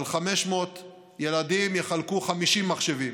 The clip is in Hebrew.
על 500 ילדים יחלקו 50 מחשבים,